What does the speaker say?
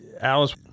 Alice